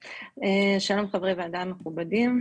שלום, חברי ועדה מכובדים.